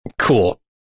cool